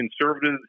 conservatives